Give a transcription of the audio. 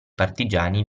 partigiani